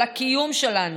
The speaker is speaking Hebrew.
על הקיום שלנו,